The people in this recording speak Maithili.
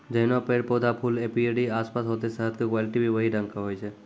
जैहनो पेड़, पौधा, फूल एपीयरी के आसपास होतै शहद के क्वालिटी भी वही रंग होय छै